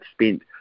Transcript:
spent